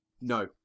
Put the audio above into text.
No